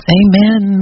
amen